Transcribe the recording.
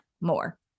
more